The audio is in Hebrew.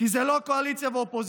כי זה לא קואליציה ואופוזיציה.